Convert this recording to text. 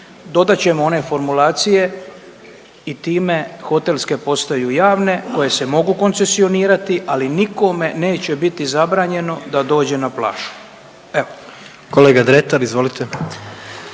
dodat ćemo one formulacije i time hotelske postaju javne koje se mogu koncesionirati, ali nikome neće biti zabranjeno da dođe na plažu, evo.